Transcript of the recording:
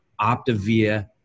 Optavia